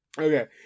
Okay